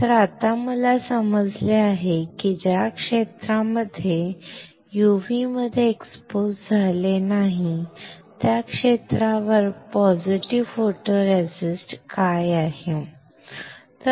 तर आता मला समजले आहे की ज्या क्षेत्रामध्ये UV मध्ये एक्सपोज झाले नाही त्या क्षेत्रावर पॉझिटिव्ह फोटोरेसिस्ट काय आहे बरोबर